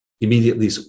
immediately